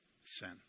sin